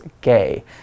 gay